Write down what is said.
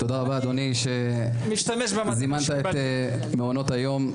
תודה רבה אדוני, שזימנת את מעונות היום לדיון.